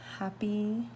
Happy